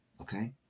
Okay